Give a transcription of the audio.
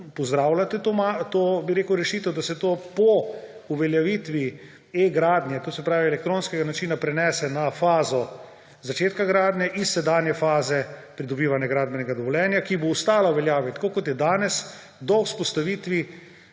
pozdravljate to rešitev, da se to po uveljavitvi e-gradnje, to je elektronskega načina, prenese na fazo začetka gradnje iz sedanje faze pridobivanja gradbenega dovoljenja, ki bo ostala v veljavi, tako kot je danes, do vzpostavitve